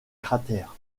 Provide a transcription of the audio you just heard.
cratère